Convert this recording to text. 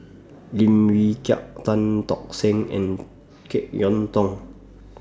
Lim Wee Kiak Tan Tock Seng and Jek Yeun Thong